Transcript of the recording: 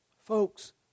Folks